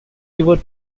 river